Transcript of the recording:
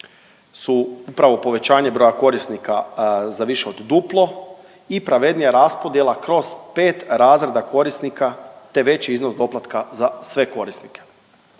su upravo povećanje broja korisnika za više od duplo i pravednija raspodjela kroz 5 razreda korisnika te veći iznos doplatka za sve korisnike.